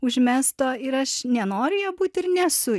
užmesto ir aš nenoriu ja būt ir nesu